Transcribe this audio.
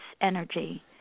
energy